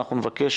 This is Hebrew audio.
אנחנו נבקש,